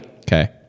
Okay